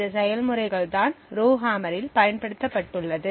இந்த செயல்முறை தான் ரோஹம்மரில் பயன்படுத்தப்பட்டுள்ளது